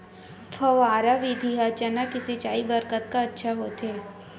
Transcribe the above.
फव्वारा विधि ह चना के सिंचाई बर कतका अच्छा होथे?